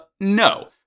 no